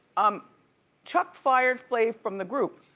um chuck fired flav from the group.